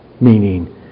meaning